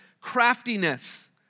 craftiness